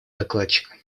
докладчика